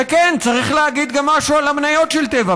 וכן, צריך לומר גם משהו על המניות של טבע.